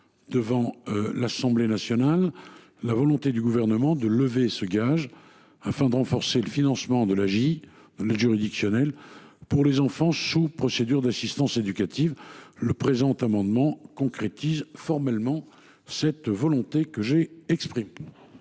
devant l’Assemblée nationale, la volonté du Gouvernement de lever le gage afin de renforcer le financement de l’aide juridictionnelle pour les enfants sous procédure d’assistance éducative. Le présent amendement vient donc formaliser cette volonté. Quel est